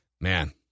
Man